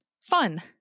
Fun